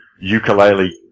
ukulele